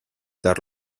dar